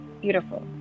Beautiful